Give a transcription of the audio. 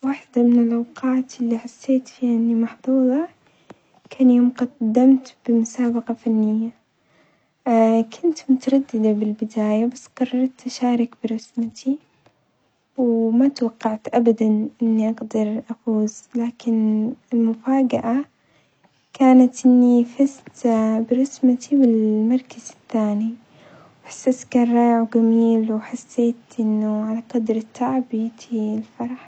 واحدة من الأوقات اللي حسيت فيها إني محظوظة كان يوم قدمت بمسابقة فنية، كنت مترددة بالبداية بس قررت أشارك برسمتي وما توقعت أبدًا إني أقدر أفوز لكن المفاجأة كانت إني فزت برسمتي بالمركز الثاني، إحساس كان رائع وجميل وحسيت أنه على قدر التعب يجي الفرح.